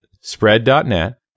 Spread.net